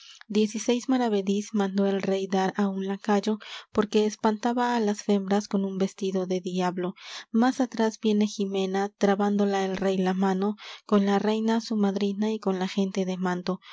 maravedís mandó el rey dar á un lacayo porque espantaba á las fembras con un vestido de diablo más atrás viene jimena trabándola el rey la mano con la reina su madrina y con la gente de manto